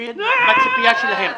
בוגד בציפייה שלהם.